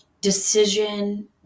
decision